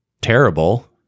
terrible